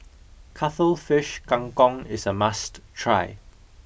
Cuttlefish Kang Kong is a must try